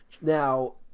Now